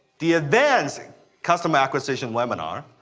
the advanced customer acquisition webinar.